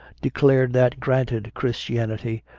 declared that, granted christianity,